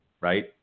right